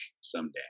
someday